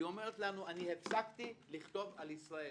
אומרת: הפסקתי לכתוב על ישראל.